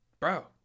bro